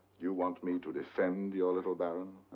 you want me to defend your little baron?